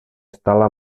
stala